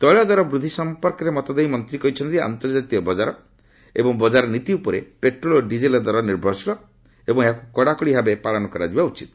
ତୈଳ ଦର ବୃଦ୍ଧି ସମ୍ପର୍କରେ ମତ ଦେଇ ମନ୍ତ୍ରୀ କହିଛନ୍ତି ଯେ ଆନ୍ତର୍ଜାତୀୟ ବଜାର ଏବଂ ବଜାର ନୀତି ଉପରେ ପେଟ୍ରୋଲ୍ ଓ ଡିଜେଲ୍ର ଦର ନିର୍ଭରଶୀଳ ଏବଂ ଏହାକୁ କଡ଼ାକଡ଼ି ଭାବେ ପାଳନ କରଯିବା ଉଚିତ୍